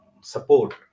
support